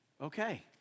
okay